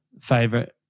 favorite